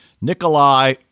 Nikolai